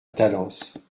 talence